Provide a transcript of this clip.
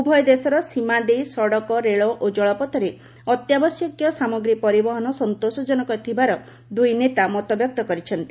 ଉଭୟ ଦେଶର ସୀମା ଦେଇ ସଡ଼କ ରେଳ ଓ ଜଳପଥରେ ଅତ୍ୟାବଶ୍ୟକୀୟ ସାମଗ୍ରୀ ପରିବହନ ସନ୍ତୋଷଜନକ ଥିବାର ଦୁଇ ନେତା ମତବ୍ୟକ୍ତ କରିଛନ୍ତି